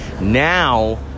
Now